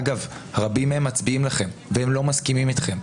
אגב, רבים מהם מצביעים לכם והם לא מסכימים איתכם.